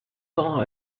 cents